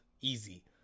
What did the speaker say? easy